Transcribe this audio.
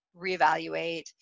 reevaluate